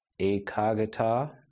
ekagata